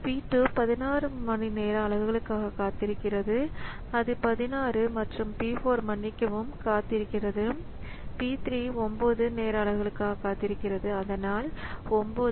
P 2 16 நேர அலகுகளுக்காக காத்திருக்கிறது அது 16 மற்றும் P 4 மன்னிக்கவும் காத்திருக்கிறது P 3 9 நேர அலகுகளுக்கு காத்திருக்கிறது அதனால் 9